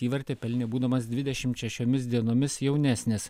įvartį pelnė būdamas dvidešim šešiomis dienomis jaunesnis